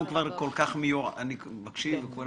הכל